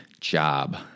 job